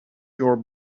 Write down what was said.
your